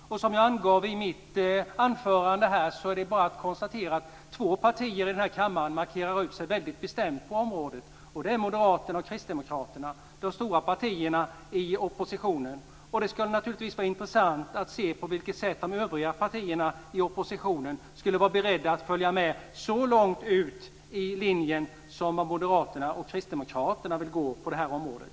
Två partier här i kammaren markerar ut sig väldigt bestämt på området. Det är Moderaterna och Det skulle vara intressant att se om de övriga partierna i oppositionen är beredda att följa med så långt ut som Moderaterna och Kristdemokraterna vill gå på det här området.